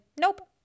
nope